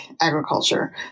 agriculture